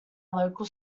local